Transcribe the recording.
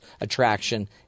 attraction